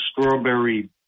strawberry